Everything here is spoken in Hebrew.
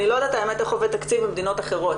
אני לא יודעת האמת איך עובד תקציב במדינות אחרות,